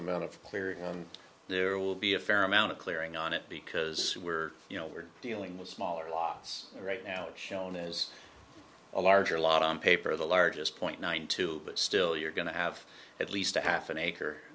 amount of clearing and there will be a fair amount of clearing on it because we're you know we're dealing with smaller loss right now shown as a larger lot on paper the largest point nine two but still you're going to have at least a half an acre